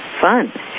Fun